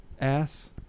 Ass